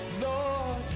Lord